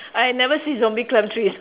I never see zombie climb trees